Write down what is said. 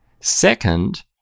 Second